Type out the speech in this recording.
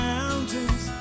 Mountains